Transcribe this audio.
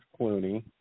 Clooney